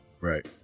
right